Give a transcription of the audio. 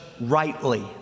rightly